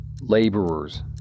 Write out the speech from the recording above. Laborers